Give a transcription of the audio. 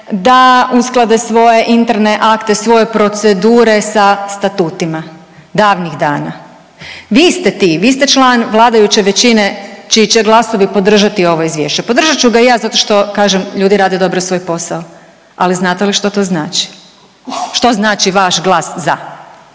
da usklade svoje interne akte, svoje procedure sa statutima? Davnih dana. Vi ste ti, vi ste član vladajuće većine čiji će glasovati podržati ovo izvješće, podržat ću ga i ja zato što kažem ljudi rade dobro svoj posao. Ali znate li što to znači? Što znači vaš glas za?